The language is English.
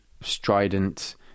strident